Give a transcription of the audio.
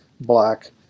black